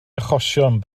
achosion